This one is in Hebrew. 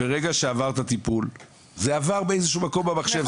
ברגע שעברת טיפול זה עבר באיזה שהוא מקום במחשב.